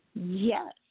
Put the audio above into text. Yes